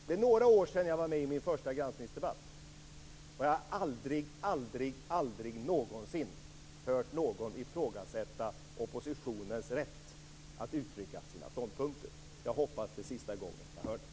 Det är några år sedan jag var med i min första granskningsdebatt, och jag har aldrig någonsin hört någon ifrågasätta oppositionens rätt att uttrycka sina ståndpunkter. Jag hoppas att det är sista gången jag hör det.